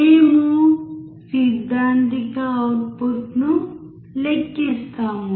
మేము సిద్ధాంతిక అవుట్పుట్న్ లెక్కిస్తాము